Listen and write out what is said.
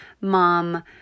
mom